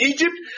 Egypt